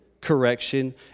correction